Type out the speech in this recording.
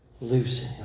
loose